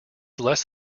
less